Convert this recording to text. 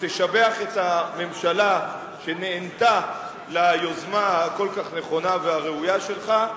שתשבח את הממשלה שנענתה ליוזמה הכל-כך נכונה והראויה שלך.